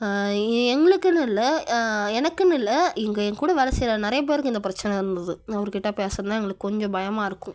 எங்களுக்குன்னு இல்லை எனக்குன்னு இல்லை எங்கள் கூட வேலை செய்கிற நிறைய பேருக்கு இந்த பிரச்சின இருந்தது அவர் கிட்டே பேசுவதுன்னா எங்களுக்கு கொஞ்சம் பயமாக இருக்கும்